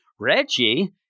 Reggie